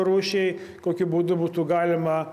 rūšiai kokiu būdu būtų galima